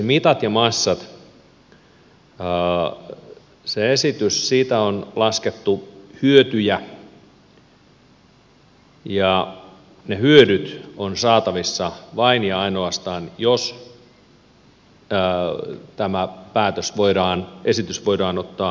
esimerkiksi mittoja ja massoja koskevasta esityksestä on laskettu hyötyjä ja ne hyödyt on saatavissa vain ja ainoastaan jos tämä esitys voidaan ottaa täysimääräisesti käyttöön